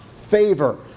favor